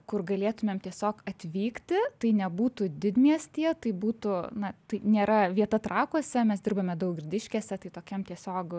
kur galėtumėm tiesiog atvykti tai nebūtų didmiestyje tai būtų na tai nėra vieta trakuose mes dirbame daugirdiškėse tai tokiam tiesiog